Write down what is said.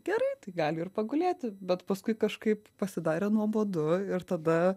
gerai tai gali ir pagulėti bet paskui kažkaip pasidarė nuobodu ir tada